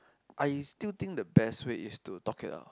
I still think the best way is to talk it out